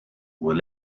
were